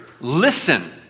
listen